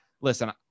listen